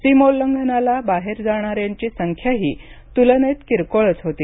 सीमोल्लंघनाला जाणाऱ्यांची संख्याही तुलनेत किरकोळच होती